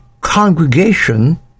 congregation